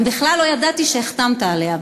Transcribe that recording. אני בכלל לא ידעתי שהחתמת עליה.